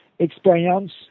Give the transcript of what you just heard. experience